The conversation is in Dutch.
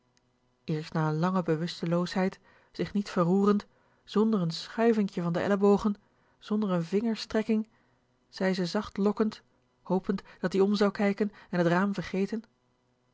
eerst na n lange bewusteloosheid zich niet verroerend zonder n schuivinkje van de ellebogen zonder n vingerstrekking zei ze zachtlokkend hopend dat-ie om zou kijken en t raam vergeten